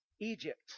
Egypt